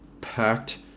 packed